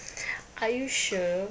are you sure